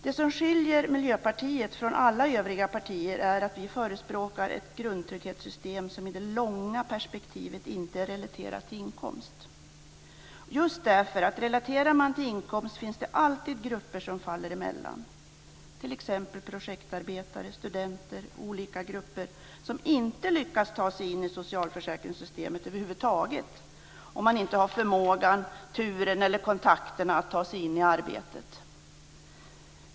Det som skiljer Miljöpartiet från alla övriga partier är att vi förespråkar ett grundtrygghetssystem som i det långa perspektivet inte är relaterat till inkomst. Relaterar man till inkomst finns det alltid grupper som faller emellan, t.ex. projektarbetare och studenter. Det är olika grupper som inte lyckas ta sig in i socialförsäkringssystemet över huvud taget om man inte har förmågan, turen eller kontakterna att ta sig in i ett arbete.